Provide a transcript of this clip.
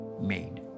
made